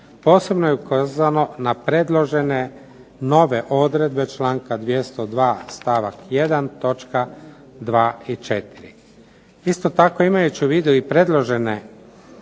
Posebno je ukazano na predložene nove odredbe članka 202. stavak 1. točka 2. i 4. Isto tako, imajući u vidu i predložene izmjene